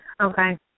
Okay